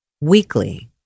weekly